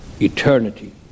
eternity